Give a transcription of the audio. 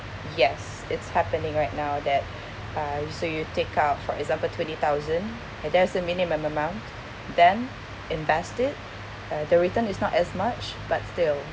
yes it's happening right now that uh so you take out for example twenty thousand and that's a minimum amount then invest it uh the return is not as much but still